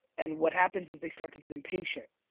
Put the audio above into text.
and what happens is they start to get impatient.